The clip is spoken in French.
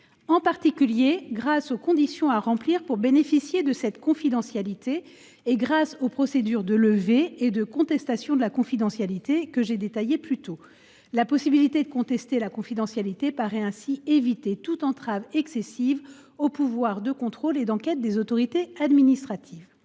en particulier grâce à l’édiction de conditions à remplir pour bénéficier de cette confidentialité, mais aussi grâce aux procédures de levée et de contestation de la confidentialité que j’ai précédemment détaillées. La possibilité de contester la confidentialité paraît éviter toute entrave excessive aux pouvoirs de contrôle et d’enquête des autorités de régulation.